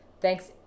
Thanks